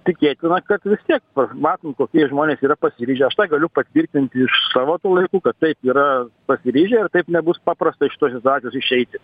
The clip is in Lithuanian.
tikėtina kad vis tiek pa matom kokie jie žmonės yra pasiryžę aš tą galiu patvirtinti iš savo tų laikų kad taip yra pasiryžę ir taip nebus paprasta iš tos situacijos išeiti